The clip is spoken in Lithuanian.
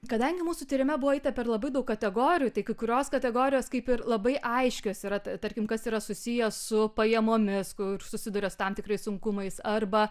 kadangi mūsų tyrime buvo eita per labai daug kategorijų tai kai kurios kategorijos kaip ir labai aiškios yra tarkim kas yra susiję su pajamomis ir susiduria su tam tikrais sunkumais arba